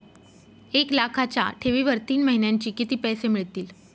एक लाखाच्या ठेवीवर तीन महिन्यांनी किती पैसे मिळतील?